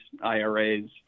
IRAs